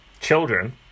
children